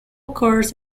occurs